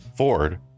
Ford